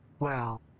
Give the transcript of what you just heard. well.